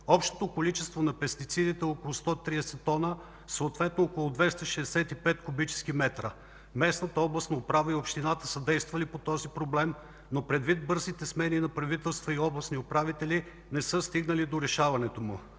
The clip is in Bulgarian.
Общото количество на пестицидите е около 130 тона, съответно около 265 куб. м. Местната областна управа и общината са действали по този проблем, но предвид бързите смени на правителства и областни управители, не са стигнали до решаването му.